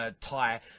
tie